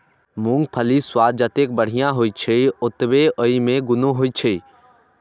मूंगफलीक स्वाद जतेक बढ़िया होइ छै, ओतबे अय मे गुणो होइ छै